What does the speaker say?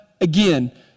again